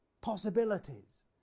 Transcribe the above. possibilities